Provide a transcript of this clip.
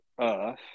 Earth